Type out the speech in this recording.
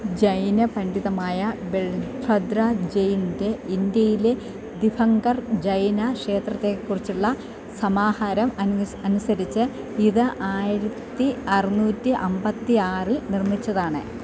ജൈന പണ്ഡിതമായ ബെൽഭദ്ര ജെയിനിന്റെ ഇന്ത്യയിലെ ദിഗംബർ ജൈന ക്ഷേത്രത്തെ കുറിച്ചുള്ള സമാഹാരം അനുസ് അനുസരിച്ച് ഇത് ആയിരത്തി അറുനൂറ്റി അമ്പത്തിയാറിൽ നിർമ്മിച്ചതാണ്